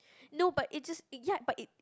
no but it's just it ya but it